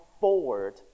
forward